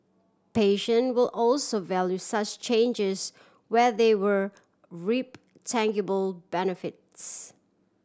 patient will also value such changes where they were reap tangible benefits